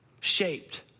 shaped